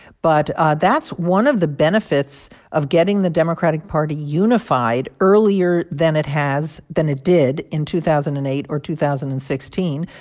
but ah that's one of the benefits of getting the democratic party unified earlier than it has than it did in two thousand and eight or two thousand and sixteen.